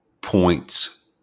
points